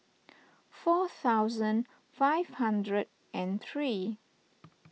four thousand five hundred and three